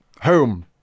Home